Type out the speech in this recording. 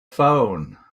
phone